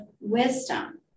wisdom